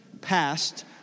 passed